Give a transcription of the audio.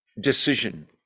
decision